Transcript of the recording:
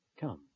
come